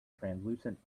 translucent